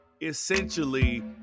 essentially